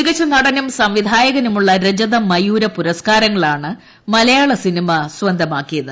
മികച്ച നടനും സംവിക്ടായക്നുമുളള രജത മയൂര പുരസ്കാരങ്ങളാണ് മലയാള് സിനിമ സ്വന്തമാക്കിയത്